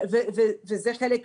זה חלק מהעניין.